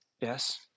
Yes